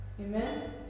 Amen